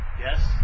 yes